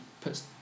puts